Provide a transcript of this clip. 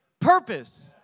purpose